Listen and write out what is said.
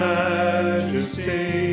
majesty